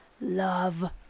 Love